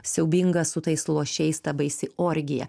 siaubingas su tais lošėjais ta baisi orgija